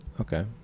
Okay